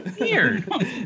weird